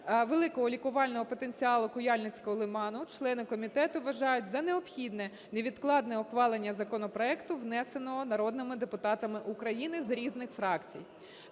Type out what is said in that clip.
великого лікувального потенціалу Куяльницького лиману члену комітету вважають за необхідне невідкладне ухвалення законопроекту, внесеного народними депутатами України з різних фракцій.